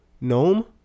gnome